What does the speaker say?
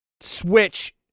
Switch